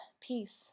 peace